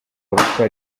abatwara